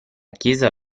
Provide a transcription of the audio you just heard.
chiesa